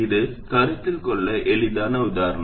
இது கருத்தில் கொள்ள எளிதான உதாரணம்